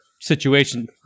situation